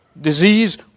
disease